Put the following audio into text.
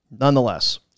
Nonetheless